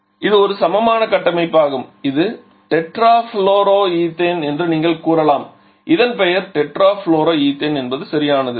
இது ஒரு சமமான கட்டமைப்பாகும் இது டெட்ராஃப்ளூரோஎத்தேன் என்று நீங்கள் கூறலாம் இதன் பெயர் டெட்ரா ஃப்ளோரோ ஈத்தேன் சரியானது